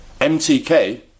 MTK